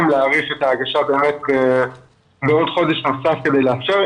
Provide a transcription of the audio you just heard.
להאריך את ההגשה בעוד חודש נוסף כדי לאפשר,